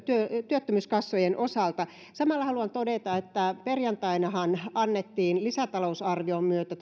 työttömyyskassojen osalta samalla haluan todeta että perjantainahan annettiin toisen lisätalousarvion myötä